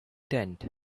tent